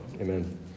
Amen